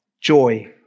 joy